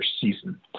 season